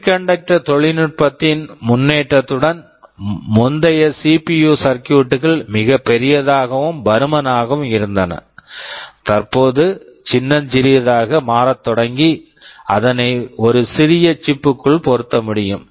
semiconductor semiconductor தொழில்நுட்பத்தின் முன்னேற்றத்துடன் முந்தைய சிபியு CPU சர்க்கியூட் circuits கள் மிகப் பெரியதாகவும் பருமனாகவும் இருந்தன தற்போது சின்னஞ் சிறியதாக மாறத் தொடங்கி அதனை ஒரு சிறிய சிப் chip புக்குள் பொருத்த முடியும்